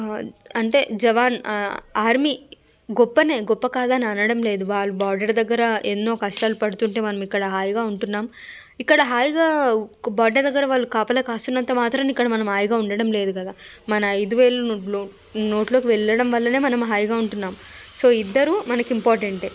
అంటే జవాన్ ఆర్మీ గొప్పనే గొప్ప కాదు అని అనడం లేదు వాళ్ళు బోర్డర్ దగ్గర ఎన్నో కష్టాలు పడుతుంటే మనం ఇక్కడ హాయిగా ఉంటున్నాం ఇక్కడ హాయిగా బోర్డర్ దగ్గర వాళ్ళు కాపలా కాస్తున్నంత మాత్రాన ఇక్కడ మనం హాయిగా ఉండడం లేదు కదా మన అయిదు వేళ్ళు నో నోట్లోకి వెళ్ళడం వల్లనే మనం హాయిగా ఉంటున్నాం సో ఇద్దరూ మనకి ఇమ్పోర్టెంట్ ఏ